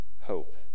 hope